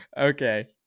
okay